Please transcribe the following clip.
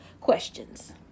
questions